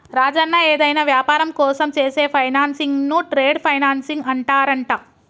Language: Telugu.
రాజన్న ఏదైనా వ్యాపారం కోసం చేసే ఫైనాన్సింగ్ ను ట్రేడ్ ఫైనాన్సింగ్ అంటారంట